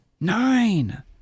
Nine